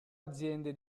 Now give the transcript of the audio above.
aziende